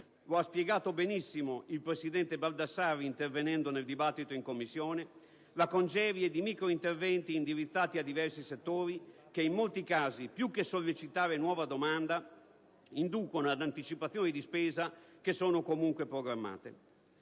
lo ha spiegato benissimo il presidente Baldassarri intervenendo nel dibattito in Commissione - la congerie di microinterventi indirizzati ai diversi settori, che in molti casi, più che sollecitare nuova domanda, inducono ad anticipazioni di spesa comunque programmate.